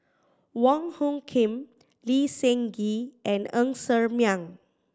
Wong Hung Khim Lee Seng Gee and Ng Ser Miang